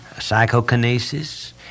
psychokinesis